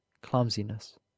clumsiness